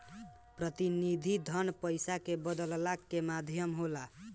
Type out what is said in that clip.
प्रतिनिधि धन पईसा के बदलला के माध्यम होला